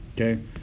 Okay